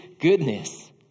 goodness